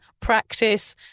Practice